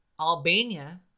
Albania